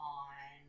on